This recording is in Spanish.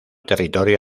territorio